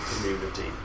community